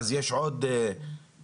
אז יש עוד 10,000-15,000.